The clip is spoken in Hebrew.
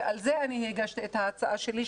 ועל זה אני הגשתי את ההצעה שלי,